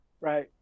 right